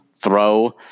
throw